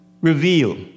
reveal